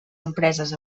empreses